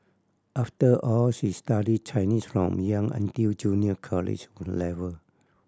after all she studied Chinese from young until junior college level